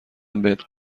بهت